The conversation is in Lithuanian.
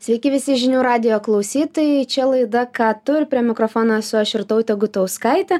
sveiki visi žinių radijo klausytojai čia laida ką tu ir prie mikrofono esu aš irtautė gutauskaitė